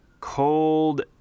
cold